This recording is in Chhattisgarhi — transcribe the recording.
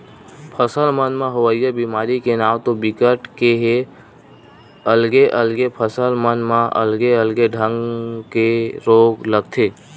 फसल मन म होवइया बेमारी के नांव तो बिकट के हे अलगे अलगे फसल मन म अलगे अलगे ढंग के रोग लगथे